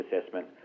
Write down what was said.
assessment